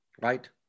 right